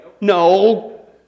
No